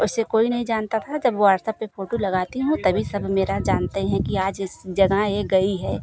वैसे कोई नहीं जानता था जब व्हाट्सअप पर लगाती हूँ तभी सब मेरा जानते हैं कि आज इस जगह यह गई है